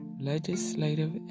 legislative